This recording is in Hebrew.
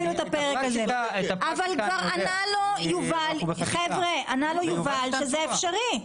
יובל כבר ענה לו ואמר לו שזה אפשרי.